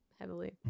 heavily